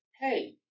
hey